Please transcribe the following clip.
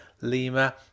Lima